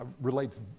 relates